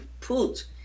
put